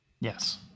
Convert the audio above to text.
Yes